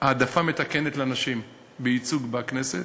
העדפה מתקנת לנשים בייצוג בכנסת